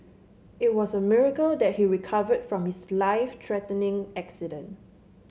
it was a miracle that he recovered from his life threatening accident